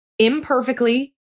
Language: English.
Imperfectly